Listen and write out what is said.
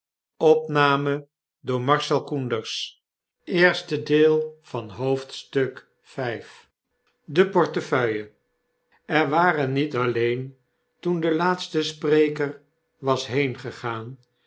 be portefeuille er waren niet alleen toen de laatste spreker was heengegaan